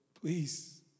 Please